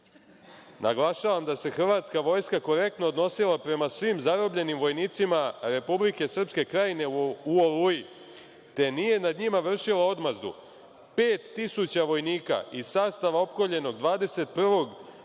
„Naglašavam da se hrvatska vojska korektno odnosila prema svim zarobljenim vojnicima Republike Srpske Krajine u „Oluji“, te nije nad njima vršila odmazdu. Pet tisuća vojnika iz sastava opkoljenog 21.